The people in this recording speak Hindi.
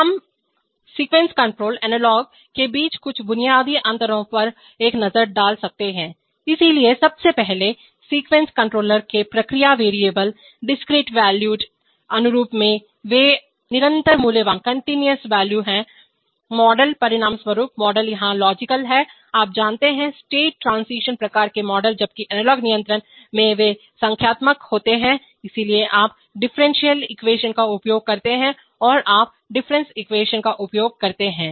हम अनुक्रम नियंत्रणसीक्वेंस कंट्रोल एनालॉग के बीच कुछ बुनियादी अंतरों पर एक नज़र डाल सकते हैं इसलिए सबसे पहले अनुक्रम नियंत्रकसीक्वेंस कंट्रोलर में प्रक्रिया वेरिएबल डिस्क्रीट वैल्यूड अनुरूप में वे निरंतर मूल्यवानकंटीन्यूअस वॉल्यू हैं मॉडल परिणामस्वरूप मॉडल यहां लॉजिकल है आप जानते हैं स्टेट ट्रांजीशन प्रकार के मॉडल जबकि एनालॉग नियंत्रण में वे संख्यात्मक होते हैं इसलिए आप डिफरेंशियल इक्वेशन का उपयोग करते हैं या आप डिफरेंस इक्वेशन का उपयोग करते हैं